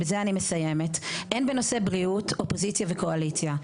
הן בנושא בריאות אופוזיציה וקואליציה,